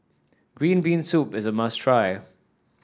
Green Bean Soup is a must try